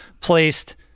placed